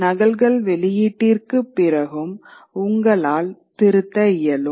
நகல்கள் வெளியீட்டிற்குப் பிறகும் உங்களால் திருத்த இயலும்